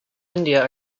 india